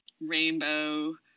rainbow